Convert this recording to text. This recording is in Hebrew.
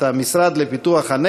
את המשרד לפיתוח הפריפריה,